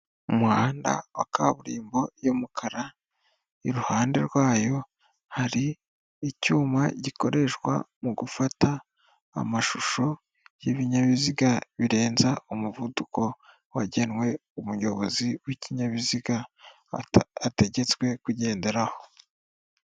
Mu muhanda wa kaburimbo y'umukara, iruhande rwayo hari icyuma gikoreshwa mu gufata amashusho y'ibinyabiziga birenza umuvuduko wagenwe umuyobozi w'ikinyabiziga ategetswe kugenderaho.